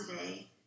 today